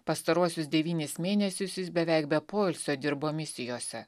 pastaruosius devynis mėnesius jis beveik be poilsio dirbo misijose